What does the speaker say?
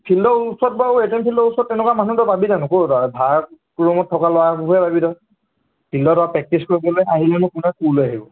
ফিল্ডৰ ওচৰত বাৰু এ টি এম ফিল্ডৰ ওচৰত তেনেকুৱা মানুহ তই পাবি জানো ক'ত আৰু ভাড়াত ৰুমত থকা ল'ৰাবোৰহে পাবি তই ফিল্ডত আৰু প্ৰেক্টিছ কৰিবলৈ আহিলেনো কোনে কোৰ লৈ আহিব